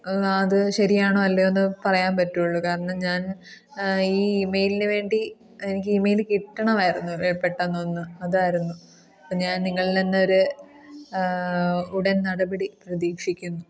അത് ശരിയാണോ അല്ലയോയെന്ന് പറയാൻ പറ്റുകയുള്ളൂ കാരണം ഞാൻ ഈ ഇമെയിലിന് വേണ്ടി എനിക്ക് ഇമെയിൽ കിട്ടണമായിരുന്നു പെട്ടെന്നൊന്ന് അതായിരുന്നു അപ്പോൾ ഞാൻ നിങ്ങളിൽ നിന്നൊരു ഉടൻ നടപടി പ്രതീക്ഷിക്കുന്നു